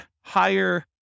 higher